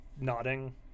nodding